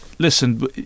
Listen